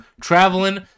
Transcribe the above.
traveling